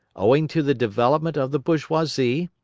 owing to the development of the bourgeoisie,